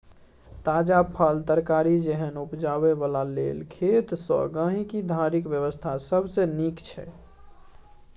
ताजा फल, तरकारी जेहन उपजाबै बला लेल खेत सँ गहिंकी धरिक व्यवस्था सबसे नीक छै